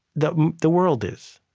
the the world is,